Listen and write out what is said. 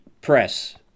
press